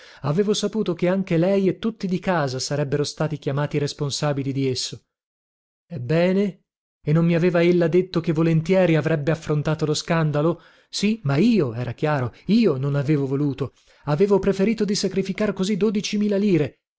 avevo saputo che anche lei e tutti di casa sarebbero stati chiamati responsabili di esso ebbene e non mi aveva ella detto che volentieri avrebbe affrontato lo scandalo sì ma io era chiaro io non avevo voluto avevo preferito di sacrificar così dodici mila lire